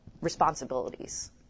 responsibilities